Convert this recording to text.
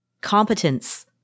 competence